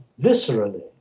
viscerally